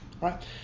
Right